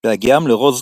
בהגיעם לרוז קריק,